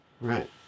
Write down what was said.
Right